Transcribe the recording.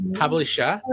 publisher